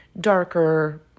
darker